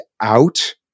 out